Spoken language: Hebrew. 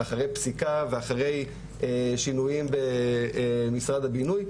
אחרי פסיקה ואחרי שינויים במשרד הבינוי,